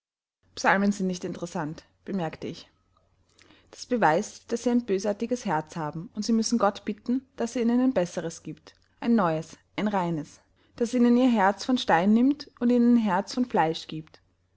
psalmen sind nicht interessant bemerkte ich das beweist daß sie ein bösartiges herz haben und sie müssen gott bitten daß er ihnen ein besseres giebt ein neues ein reines daß er ihnen ihr herz von stein nimmt und ihnen ein herz von fleisch giebt